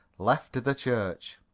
left the church.